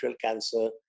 cancer